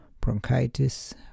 bronchitis